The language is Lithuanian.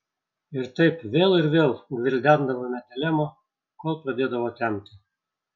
ir taip vėl ir vėl gvildendavome dilemą kol pradėdavo temti